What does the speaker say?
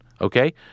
okay